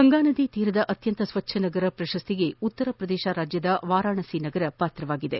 ಗಂಗಾನದಿ ತೀರದ ಅತ್ಯಂತ ಸ್ವಚ್ಛ ನಗರ ಪ್ರಶಸ್ತಿಗೆ ಉತ್ತರಪ್ರದೇಶದ ವಾರಾಣಸಿ ಪಾತ್ರವಾಗಿದೆ